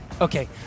Okay